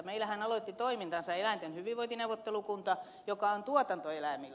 meillähän aloitti toimintansa eläinten hyvinvointineuvottelukunta joka on tuotantoeläimille